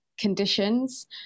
conditions